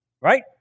Right